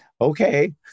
okay